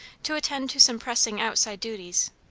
to attend to some pressing outside duties,